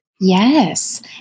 Yes